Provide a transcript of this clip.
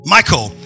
Michael